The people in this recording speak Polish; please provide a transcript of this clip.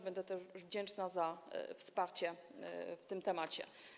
Będę też wdzięczna za wsparcie w tym temacie.